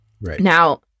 Now